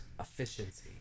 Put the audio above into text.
efficiency